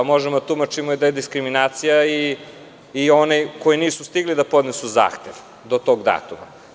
Možemo da tumačimo da je diskriminacija i za one koji nisu stigli da podnesu zahtev do tog datuma.